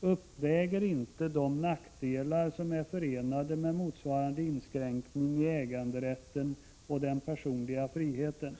uppväger inte de nackdelar som är förenade med motsvarande inskränkning i äganderätten och den personliga friheten.